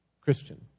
Christian